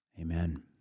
Amen